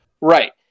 right